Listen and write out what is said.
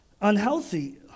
unhealthy